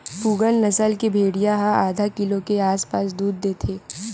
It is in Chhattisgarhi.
पूगल नसल के भेड़िया ह आधा किलो के आसपास दूद देथे